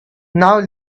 now